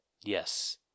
Yes